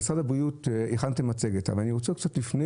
אנשי משרד הבריאות הכינו מצגת אבל עוד לפני